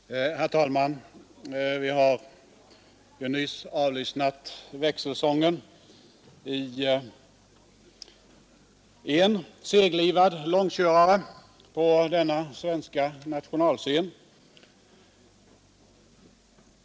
väsendet Herr talman! Vi har nyss avlyssnat växelsången i en seglivad långkörare på denna svenska nationalscen.